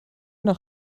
nach